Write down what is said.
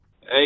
hey